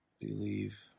believe